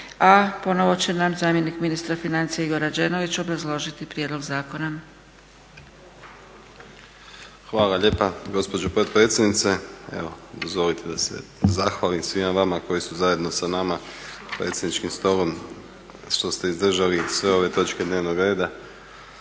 A ponovo će nam zamjenik ministra financija Igor Rađenović obrazložiti prijedlog zakona. **Rađenović, Igor (SDP)** Hvala lijepa gospođo potpredsjednice. Evo dozvolite da se zahvalim svima vama koji su zajedno sa nama predsjedničkim stolom, što ste izdržali sve ove točke dnevnog reda,